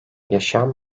yaşam